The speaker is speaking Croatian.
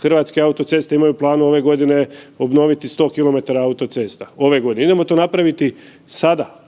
Hrvatske autoceste imaju plan ove godine obnoviti 100 km autocesta, ove godine, idemo to napraviti sada